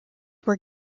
were